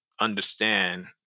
understand